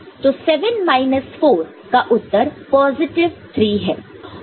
तो 7 माइनस 4 का उत्तर पॉजिटिव 3 है